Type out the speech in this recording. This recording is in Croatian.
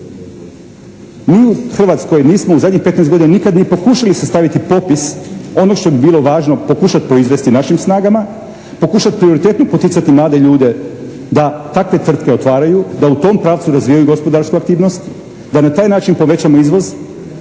Mi u Hrvatskoj nismo u zadnjih petnaest godina nikad ni pokušali sastaviti popis onoga što bi bilo važno pokušati proizvesti našim snagama, pokušati prioritetno poticati mlade ljude da takve tvrtke otvaraju, da u tom pravcu razvijaju gospodarsku aktivnost, da na taj način povećamo izvoz.